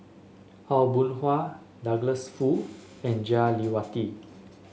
Aw Boon Haw Douglas Foo and Jah Lelawati